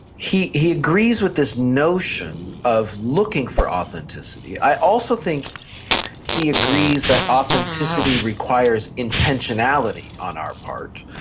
he he agrees with this notion of looking for authenticity. i also think he agrees that authenticity requires intentionality on our part.